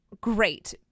great